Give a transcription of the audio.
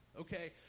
okay